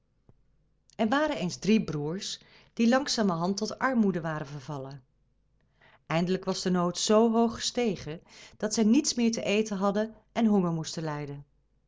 er waren eens drie broêrs die langzamerhand tot armoede waren vervallen eindelijk was de nood zoo hoog gestegen dat zij niets meer te eten hadden en honger moesten lijden